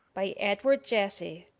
by edward jesse,